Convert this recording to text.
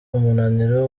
umunaniro